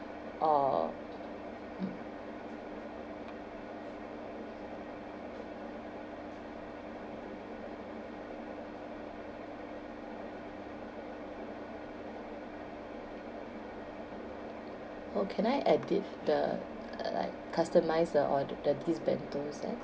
or mm oh can I edit the like customise the or~ the this bento sets